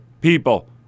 people